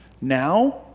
now